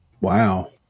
Wow